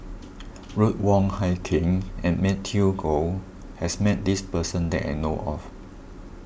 Ruth Wong Hie King and Matthew Ngui has met this person that I know of